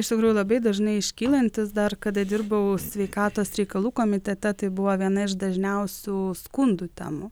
iš tikrųjų labai dažnai iškylantis dar kada dirbau sveikatos reikalų komitete tai buvo viena iš dažniausių skundų temų